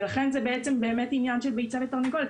ולכן זה בעצם באמת עניין של ביצה ותרנגולת.